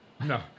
No